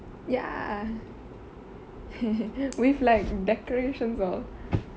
ya with like decorations all